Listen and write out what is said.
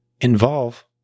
involve